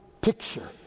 picture